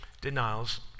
denials